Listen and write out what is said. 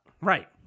Right